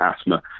asthma